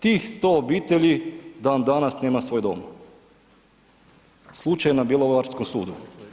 Tih 100 obitelji dandanas nema svoj dom, slučaj na bjelovarskom sudu.